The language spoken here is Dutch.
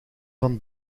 van